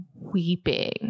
weeping